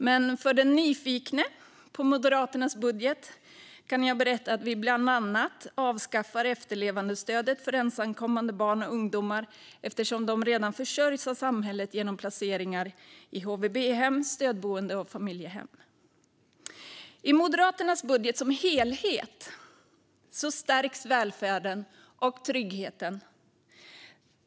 Men för den som är nyfiken på Moderaternas budget kan jag berätta att vi bland annat avskaffar efterlevandestödet för ensamkommande barn och ungdomar eftersom de redan försörjs av samhället genom placeringar i HVB-hem, stödboende och familjehem. I Moderaternas budget som helhet stärks välfärden och tryggheten.